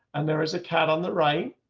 and there is a cat on that. right.